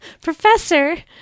Professor